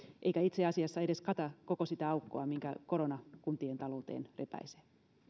eikä itse asiassa edes kata koko sitä aukkoa minkä korona kuntien talouteen repäisee